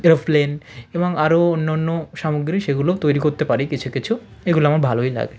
aeroplane এবং আরও অন্য অন্য সামগ্রী সেগুলো তৈরি করতে পারি কিছু কিছু এগুলো আমার ভালোই লাগে